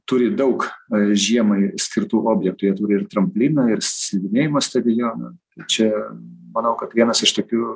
turi daug žiemai skirtų objektų jie turi ir trampliną ir slidinėjimo stadioną čia manau kad vienas iš tokių